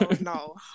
no